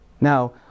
Now